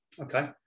Okay